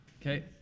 Okay